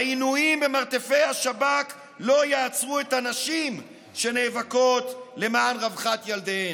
העינויים במרתפי השב"כ לא יעצרו את הנשים שנאבקות למען רווחת ילדיהן,